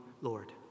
Lord